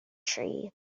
tree